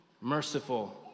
merciful